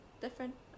different